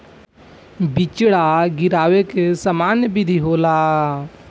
बिचड़ा गिरावे के सामान्य विधि का होला?